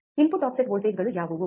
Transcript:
input offset ವೋಲ್ಟೇಜ್ಗಳು ಯಾವುವು